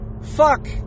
fuck